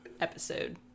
episode